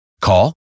Call